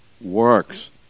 works